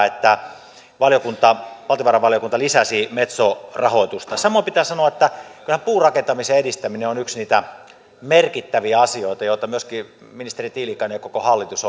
että valtiovarainvaliokunta lisäsi metso rahoitusta samoin pitää sanoa että kyllähän puurakentamisen edistäminen on yksi niitä merkittäviä asioita joita myöskin ministeri tiilikainen ja koko hallitus